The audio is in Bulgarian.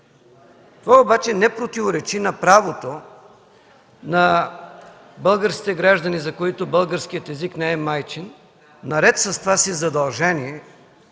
То обаче не противоречи на правото на българските граждани, за които българският език не е майчин, наред с това си задължение